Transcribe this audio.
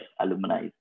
alumni